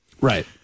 right